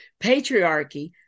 Patriarchy